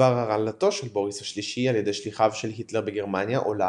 בדבר הרעלתו של בוריס השלישי על ידי שליחיו של היטלר בגרמניה עולה,